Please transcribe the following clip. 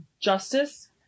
justice